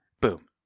Boom